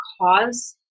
cause